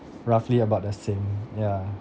roughly about the same ya